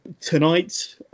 Tonight